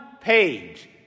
page